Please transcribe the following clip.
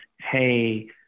hey